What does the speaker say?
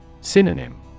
Synonym